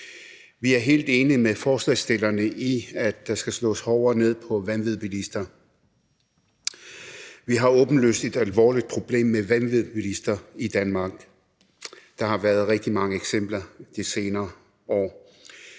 Vi er helt enige med forslagsstillerne i, at der skal slås hårdere ned på vanvidsbilister. Vi har åbenlyst et alvorligt problem med vanvidsbilister i Danmark. Der har været rigtig mange eksempler i de senere år.